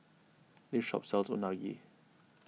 this shop sells Unagi